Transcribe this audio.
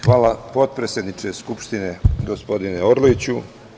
Hvala potpredsedniče Skupštine, gospodine Orliću.